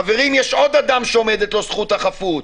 חברים, יש עוד אדם שעומדת לו זכות החפות,